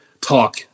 talk